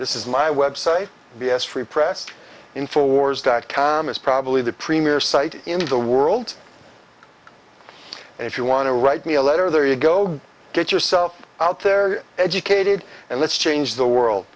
this is my website b s free press in four wars dot com is probably the premier site in the world and if you want to write me a letter there you go get yourself out there educated and let's change the world